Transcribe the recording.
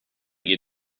you